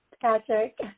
Patrick